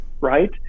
right